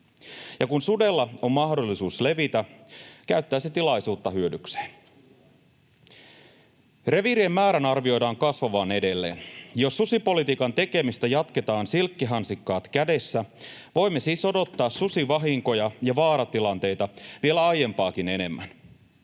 ja kun sudella on mahdollisuus levitä, käyttää se tilaisuutta hyödykseen. Reviirien määrän arvioidaan kasvavan edelleen. Jos susipolitiikan tekemistä jatketaan silkkihansikkaat kädessä, voimme siis odottaa susivahinkoja ja vaaratilanteita vielä aiempaakin enemmän.